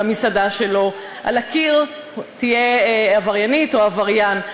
הקיר במסעדה שלו תהיה עבריינית או עבריין,